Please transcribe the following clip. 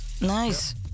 Nice